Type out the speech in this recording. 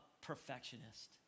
perfectionist